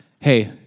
hey